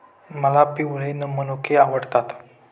मला पिवळे मनुके आवडतात